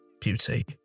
beauty